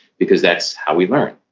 because that's how we learn